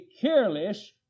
careless